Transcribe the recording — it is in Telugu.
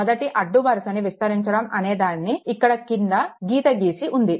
మొదటి అడ్డు వరుసని విస్తరించడం అనే దాన్ని ఇక్కడ క్రింద గీతగీసి ఉంది